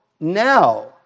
now